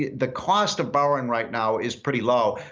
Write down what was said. the cost of borrowing right now is pretty low.